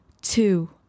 two